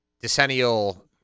decennial